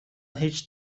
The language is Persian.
هیچ